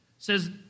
Says